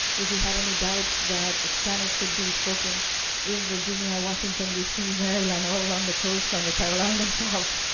if we had any doubts that spanish should be spoken in virginia, washington, d c, maryland, all along the coast from the carolinas ah up,